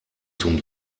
zum